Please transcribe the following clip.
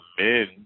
men